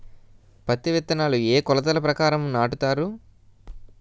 పత్తి విత్తనాలు ఏ ఏ కొలతల ప్రకారం నాటుతారు?